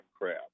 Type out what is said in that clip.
crap